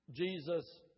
Jesus